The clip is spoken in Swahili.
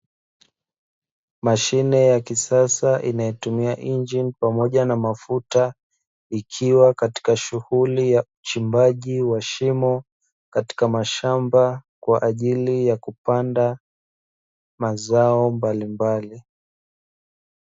Mashine ya kisasa inayotumia injini pamoja na mafuta, ikiwa katika shughuli ya ushimbaji wa shimo katika mashamba kwa ajili ya kupanda mazao mbalimbali.